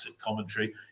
commentary